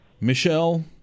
Michelle